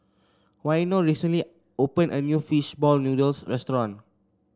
Waino recently opened a new fish ball noodles restaurant